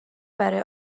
برای